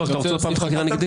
אתה רוצה חקירה נגדית?